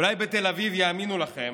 אולי בתל אביב יאמינו לכם,